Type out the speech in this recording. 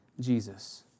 Jesus